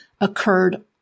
occurred